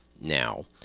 now